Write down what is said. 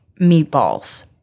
meatballs